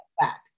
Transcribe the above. back